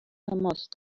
ماست